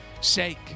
sake